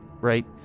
right